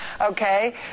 okay